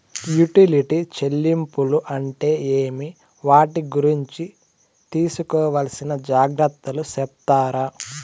Utility చెల్లింపులు అంటే ఏమి? వాటి గురించి తీసుకోవాల్సిన జాగ్రత్తలు సెప్తారా?